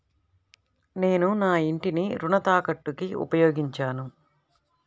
నేను నా ఇంటిని రుణ తాకట్టుకి ఉపయోగించాను